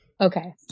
Okay